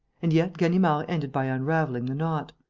and yet ganimard ended by unravelling the knot.